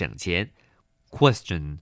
Question